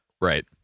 right